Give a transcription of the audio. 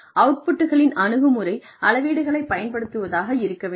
அவுட்புட்களின் அணுகுமுறை அளவீடுகளைப் பயன்படுத்துவதாக இருக்க வேண்டும்